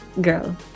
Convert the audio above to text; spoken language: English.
girl